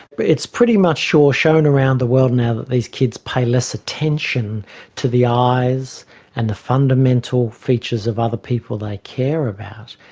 but it's pretty much sure, shown around the world now that these kids pay less attention to the eyes and the fundamental features of other people they care about.